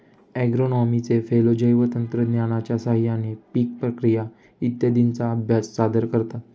ॲग्रोनॉमीचे फेलो जैवतंत्रज्ञानाच्या साहाय्याने पीक प्रक्रिया इत्यादींचा अभ्यास सादर करतात